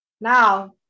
Now